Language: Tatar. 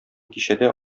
кичәдә